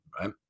right